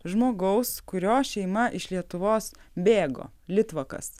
žmogaus kurio šeima iš lietuvos bėgo litvakas